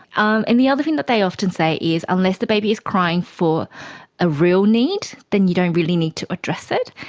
um and the other thing that they often say unless the baby is crying for a real need, then you don't really need to address it,